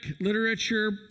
literature